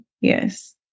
Yes